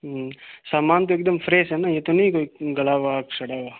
सामान त एकदम फ्रेस है न ये तो नहीं कोई गला हुवा सड़ा हुआ